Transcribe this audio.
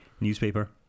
newspaper